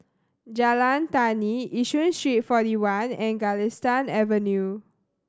Jalan Tani Yishun Street Forty One and Galistan Avenue